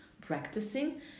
practicing